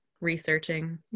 researching